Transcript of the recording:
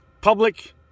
public